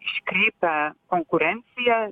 iškreipia konkurenciją